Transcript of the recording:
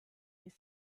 les